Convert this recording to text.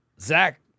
Zach